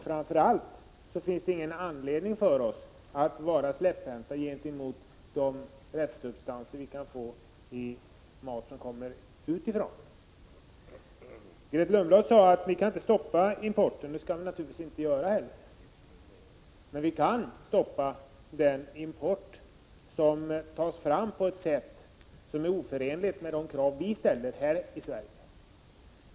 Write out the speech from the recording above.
Framför allt finns det ingen anledning för oss att vara släpphänta gentemot de restsubstanser vi kan få i mat som kommer utifrån. Grethe Lundblad sade att vi inte kan stoppa importen. Det skall vi naturligtvis inte göra heller, men vi kan stoppa de importprodukter som tas fram på ett sätt som är oförenligt med de krav vi ställer här i Sverige.